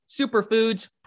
superfoods